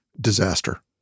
Disaster